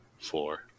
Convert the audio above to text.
four